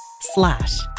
slash